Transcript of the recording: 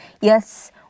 Yes